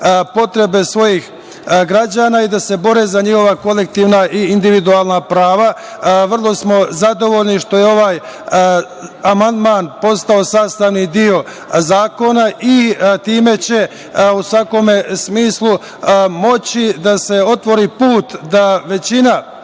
potrebe svojih građana i da se bore za njihova kolektivna i individualna prava. Vrlo smo zadovoljni što je ovaj amandman postao sastavni deo zakona i time će u svakom smislu moći da se otvori put da većina